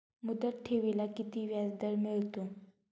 मुदत ठेवीला किती व्याजदर मिळतो?